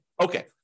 Okay